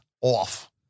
off